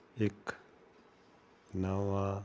ਇੱਕ ਨਵਾਂ